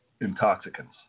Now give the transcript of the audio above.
intoxicants